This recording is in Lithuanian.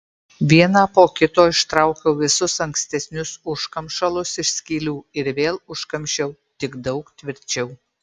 vieną po kito ištraukiau visus ankstesnius užkamšalus iš skylių ir vėl užkamšiau tik daug tvirčiau